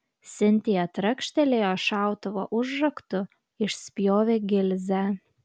sintija trakštelėjo šautuvo užraktu išspjovė gilzę